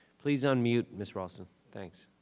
please unmute ms. raulston, thanks.